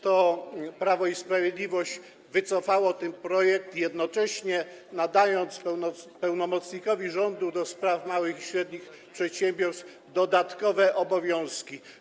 To Prawo i Sprawiedliwość wycofało ten projekt, jednocześnie nakładając na pełnomocnika rządu do spraw małych i średnich przedsiębiorstw dodatkowe obowiązki.